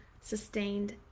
sustained